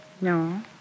No